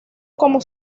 como